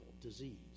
disease